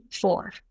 four